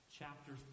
chapter